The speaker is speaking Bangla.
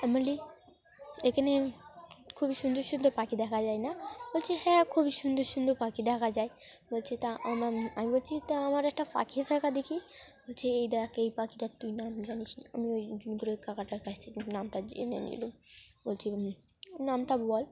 আমি বলি এখানে খুবই সুন্দর সুন্দর পাখি দেখা যায় না বলছে হ্যাঁ খুবই সুন্দর সুন্দর পাখি দেখা যায় বলছে তা আমার আমি বলছি তা আমার একটা পাখি দেখা দেখি বলছে এই দেখ এই পাখিটার তুই নাম জানিস না আমি ওই কাকাটার কাছ থেকে কিন্তু নামটা জেনে নিলাম বলছি নামটা বল